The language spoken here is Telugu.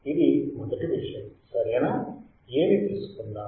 ఇది మొదటి విషయం సరేనా A ని తీసుకుందాము